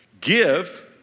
Give